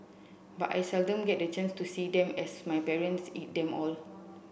but I seldom get the chance to see them as my parents eat them all